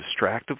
distractive